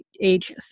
age